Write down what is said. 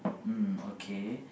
mm okay